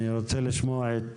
אני רוצה לשמוע את